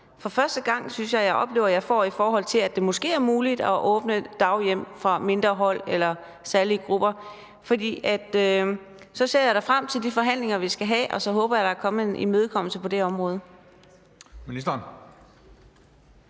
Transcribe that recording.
for første gang oplever at jeg får, i forhold til at det måske er muligt at åbne daghjem for mindre hold eller særlige grupper. Så jeg ser da frem til de forhandlinger, vi skal have, og så håber jeg, at der er kommet en imødekommelse på det område.